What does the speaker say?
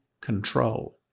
control